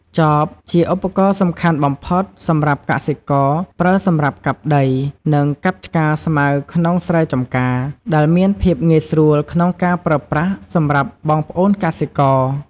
ចប ជាឧបករណ៍សំខាន់បំផុតសម្រាប់កសិករ ប្រើសម្រាប់កាប់ដី និងកាប់ឆ្ការស្មៅក្នុងស្រែចម្ការដែលមានភាពងាយស្រួលក្នុងការប្រើប្រាស់សម្រាប់បងប្អូនកសិករ។